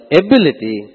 ability